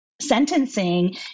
sentencing